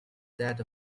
that